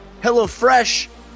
HelloFresh